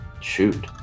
Shoot